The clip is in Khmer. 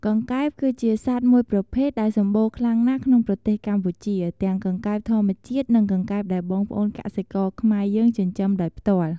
កង្កែប គឺជាសត្វមួយប្រភេទដែលសម្បូរខ្លាំងណាស់ក្នុងប្រទេសកម្ពុជា ទាំងកង្កែបធម្មជាតិ និងកង្កែបដែលបងប្អូនកសិករខ្មែរយើងចិញ្ចឹមដោយផ្ទាល់។